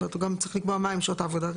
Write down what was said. זאת אומרת הוא גם צריך לקבוע מהן שעות העבודה.